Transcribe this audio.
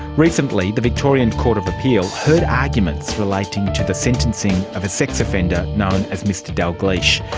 recently the victorian court of appeal heard arguments relating to the sentencing of a sex offender known as mr dalgliesh.